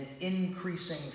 increasing